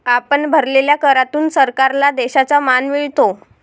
आपण भरलेल्या करातून सरकारला देशाचा मान मिळतो